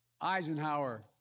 Eisenhower